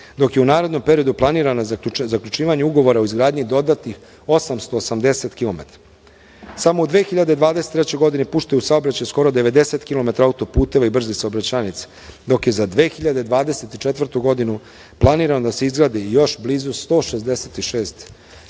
dok je u narednom periodu planirano zaključivanje ugovora o izgradnji dodatnih 880 kilometra. Samo u 2023. godini pušteno je u saobraćaj skoro 90 kilometara autoputeva i brzih saobraćajnica, dok je za 2024. godinu planirano da se izgradi još blizu 166